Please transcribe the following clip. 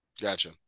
Gotcha